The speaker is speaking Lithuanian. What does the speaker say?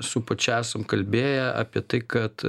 su pačia esam kalbėję apie tai kad